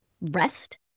rest